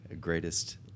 greatest